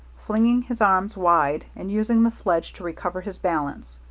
flinging his arms wide and using the sledge to recover his balance.